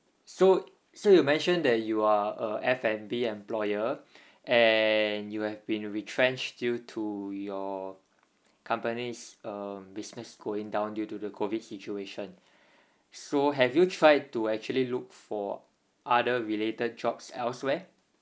so so you mentioned that you are a F and B employer and you have been retrenched due to your companies uh business going down due to the COVID situation so have you tried to actually look for other related jobs elsewhere